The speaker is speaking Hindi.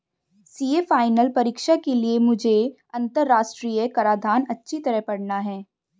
सीए फाइनल परीक्षा के लिए मुझे अंतरराष्ट्रीय कराधान अच्छी तरह पड़ना है